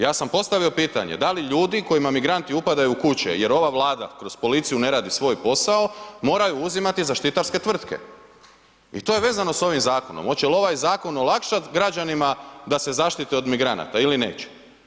Ja sam postavio pitanje, da li ljudi kojima migranti upadaju u kuće, jer ova Vlada kroz policiju ne radi svoj posao, moraju uzimati zaštitarske tvrtke i to je vezano s ovim zakonom, hoće li ovaj zakon olakšat građanima da se zaštite od migranata ili neće?